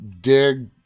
dig